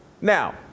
Now